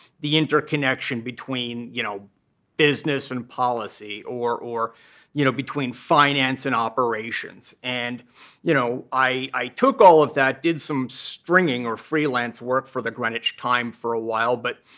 the interconnection between you know business and policy, or or you know between finance and operations. and you know i took all of that, did some stringing or freelance work for the greenwich time for a while, but